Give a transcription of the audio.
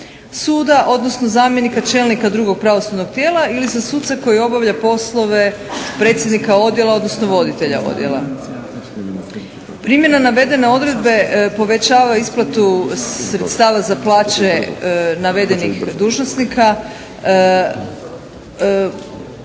suda odnosno zamjenika čelnika drugog pravosudnog tijela ili za suce koji obavlja poslove predsjednika odijela odnosno voditelja odijela. Primjena navedene odredbe povećava isplatu sredstava za plaće navedenih dužnosnika